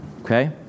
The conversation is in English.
okay